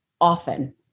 often